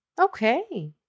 Okay